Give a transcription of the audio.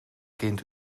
kind